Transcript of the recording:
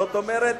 זאת אומרת,